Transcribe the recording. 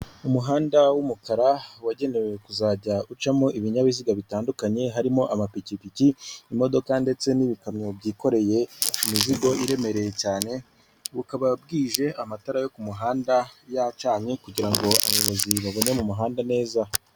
Umuhanda w'umukara wagenewe kuzajya ucamo ibinyabiziga bitandukanye harimo amapikipiki, imodoka ndetse n'ibikamyo byikoreye imizigo iremereye cyane, bukaba bwije amatara yo ku muhanda yacanye kugira ngo abayobozi babone mu muhanda neza.